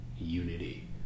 unity